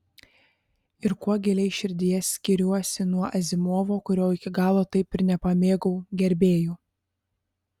ir kuo giliai širdyje skiriuosi nuo azimovo kurio iki galo taip ir nepamėgau gerbėjų